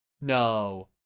No